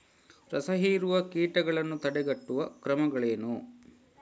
ರಸಹೀರುವ ಕೀಟಗಳನ್ನು ತಡೆಗಟ್ಟುವ ಕ್ರಮಗಳೇನು?